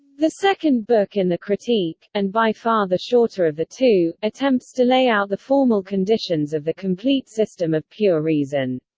the second book in the critique, and by far the shorter of the two, attempts to lay out the formal conditions of the complete system of pure reason.